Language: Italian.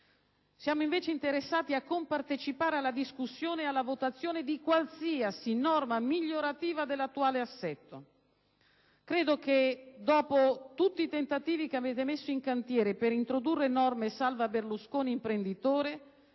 Siamo invece interessati a compartecipare alla discussione ed alla votazione di qualsiasi norma migliorativa dell'attuale assetto. Credo che, dopo tutti i tentativi che avete messo in cantiere per introdurre norme «salva Berlusconi imprenditore»,